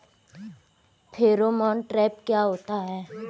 Pheromone trap क्या होता है?